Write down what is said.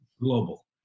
Global